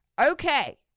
Okay